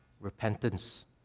repentance